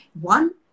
One